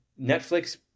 Netflix